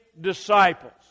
disciples